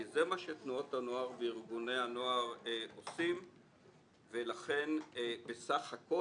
כי זה מה שתנועות וארגוני הנוער עושים ולכן בסף הכול